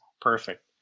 Perfect